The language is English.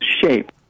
shape